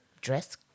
dress